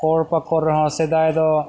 ᱯᱷᱚᱞ ᱯᱟᱠᱚᱲ ᱨᱮᱦᱚᱸ ᱥᱮᱫᱟᱭ ᱫᱚ